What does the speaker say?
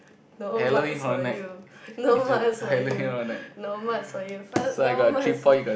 no marks for you no marks for you no marks for you fine no marks